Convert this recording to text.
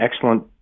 excellent